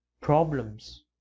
problems